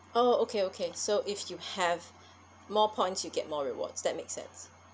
oh okay okay so if you have more points you get more rewards that makes sense